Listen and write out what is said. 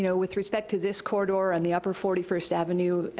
you know with respect to this corridor and the upper forty first avenue,